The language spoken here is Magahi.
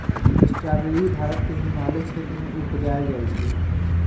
स्ट्रावेरी भारत के हिमालय क्षेत्र में उपजायल जाइ छइ